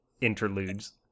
interludes